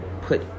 put